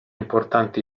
importanti